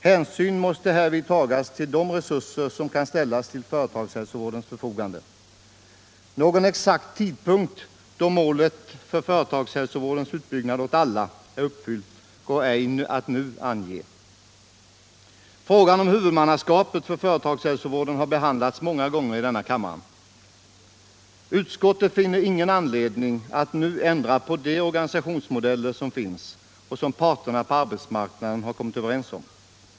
Hänsyn måste härvid tagas till de 9 resurser som kan ställas till företagshälsovårdens förfogande. Någon exakt tidpunkt då målet, företagshälsovård åt alla, är uppfyllt går ej att nu ange. Frågan om huvudmannaskapet för företagshälsovården har behandlats många gånger tidigare i denna kammare. Utskottet finner ingen anledning att nu ändra på de organisationsmodeller som finns och som parterna på arbetsmarknaden har kommit överens om.